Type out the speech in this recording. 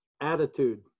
Attitude